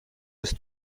ist